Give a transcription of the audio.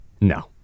No